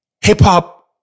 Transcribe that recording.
hip-hop